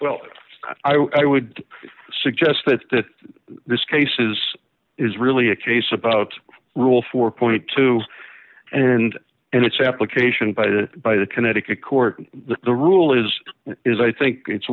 well i would suggest that this case is is really a case about rule four dollars and and its application by the by the connecticut court the rule is is i think it's